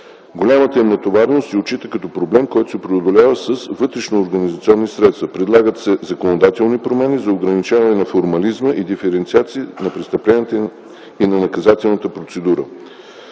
Голямата им натовареност се отчита като проблем, който се преодолява с вътрешноорганизационни средства. Предлагат се законодателни промени за ограничаване на формализма и диференциация на престъпленията и на наказателната процедура.